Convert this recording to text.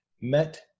met